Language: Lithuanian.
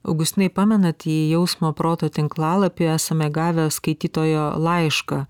augustinai pamenat į jausmo proto tinklalapį esame gavę skaitytojo laišką